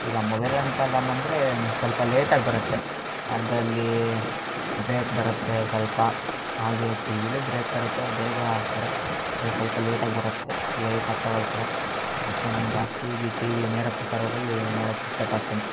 ಈಗ ಮೊಬೈಲ್ ಅಂತಲ್ಲಮ್ಮಂದರೆ ಸ್ವಲ್ಪ ಲೇಟಾಗಿ ಬರುತ್ತೆ ಅದರಲ್ಲಿ ಬ್ರೇಕ್ ಬರುತ್ತೆ ಸ್ವಲ್ಪ ಹಾಗೇ ಟಿ ವಿಲೂ ಬ್ರೇಕ್ ಬರುತ್ತೆ ಬೇಗ ಹಾಕ್ತಾರೆ ಇದ್ರಲ್ಲಿ ಸ್ವಲ್ಪ ಲೇಟಾಗಿ ಬರುತ್ತೆ ಲೇಟಾಗಿ ತಗೊಳ್ತಾರೆ ಅದಕ್ಕೆ ನಾನು ಜಾಸ್ತಿ ಟಿ ವಿ ನೇರಪ್ರಸಾರದಲ್ಲಿ ನೋಡಕ್ಕೆ ಇಷ್ಟಪಡ್ತೀನಿ